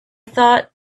thought